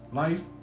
life